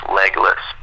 legless